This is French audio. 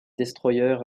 destroyer